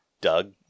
Doug